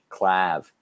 clav